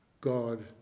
God